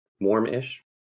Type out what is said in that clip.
warm-ish